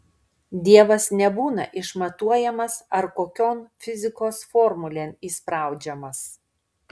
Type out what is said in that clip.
dievas nebūna išmatuojamas ar kokion fizikos formulėn įspraudžiamas